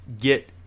get